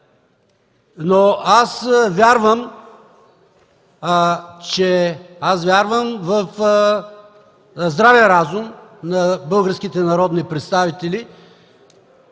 гласуване. Аз вярвам в здравия разум на българските народни представители